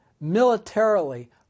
Militarily